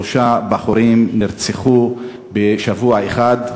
שלושה בחורים נרצחו בשבוע אחד,